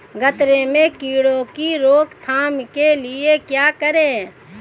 गन्ने में कीड़ों की रोक थाम के लिये क्या करें?